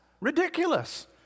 ridiculous